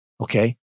Okay